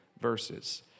verses